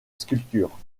sculpture